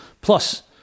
plus